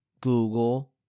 google